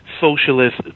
socialist